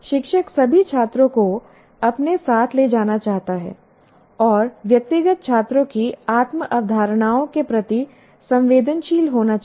शिक्षक सभी छात्रों को अपने साथ ले जाना चाहता है और व्यक्तिगत छात्रों की आत्म अवधारणाओं के प्रति संवेदनशील होना चाहिए